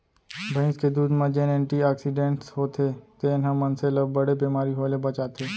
भईंस के दूद म जेन एंटी आक्सीडेंट्स होथे तेन ह मनसे ल बड़े बेमारी होय ले बचाथे